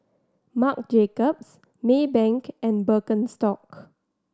Marc Jacobs Maybank and Birkenstock